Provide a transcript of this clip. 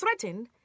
threatened